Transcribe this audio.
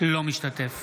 אינו משתתף